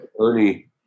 Ernie